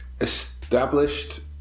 established